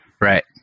Right